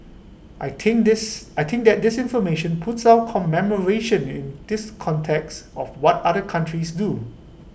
I think this I think that this information puts our commemoration in this context of what other countries do